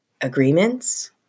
agreements